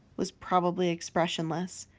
was probably expressionless.